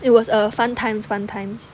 it was a fun times fun times